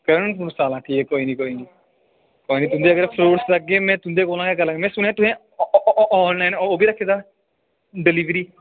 करन कुणसाला ठीक ऐ कोई नेईं कोई नेईं कोई नेईं तुं'दे अगर फरूट्स आह्गे मैं तुं'दे कोला गै करग मैं सुनेआ तुसें अ आनलाइन ओह् बी रक्खे दा डिलीवरी